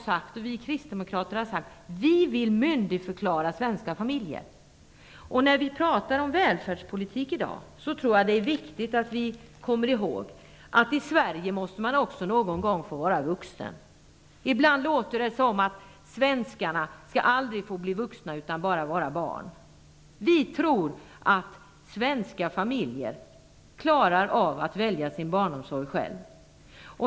Jag och vi kristdemokrater har gång på gång sagt att vi vill myndigförklara svenska familjer. När vi talar om välfärdspolitik i dag är det viktigt att vi kommer ihåg att man i Sverige också någon gång måste få vara vuxen. Ibland låter det som att svenskarna aldrig skall få bli vuxna utan bara vara barn. Vi tror att svenska familjer klarar av att själva välja sin barnomsorg.